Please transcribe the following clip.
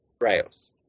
rails